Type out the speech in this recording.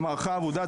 המערכה אבודה,